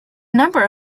number